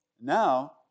Now